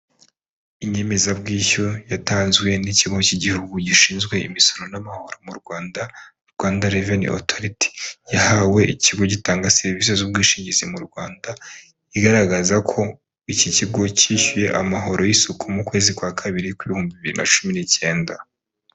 Inyemezabwishyu yatanzwe n'ikigo cy'igihugu gishinzwe imisoro n'amahoro mu Rwanda, Rwanda Reveni Otoriti, yahawe ikigo gitanga serivisi z'ubwishingizi mu Rwanda igaragaza ko iki kigo cyishyuye amahoro y'isuku mu kwezi kwa kabiri mu bihumbi bibiri na cumi n'icyenda.